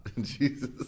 Jesus